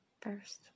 first